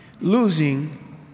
losing